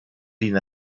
die